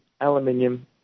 aluminium